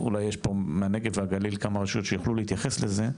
אולי יש פה כמה רשויות מהנגב והגליל שיוכלו להתייחס לזה.